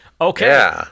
Okay